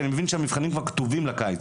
כי אני מבין שהמבחנים כבר כתובים לקיץ.